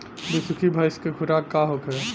बिसुखी भैंस के खुराक का होखे?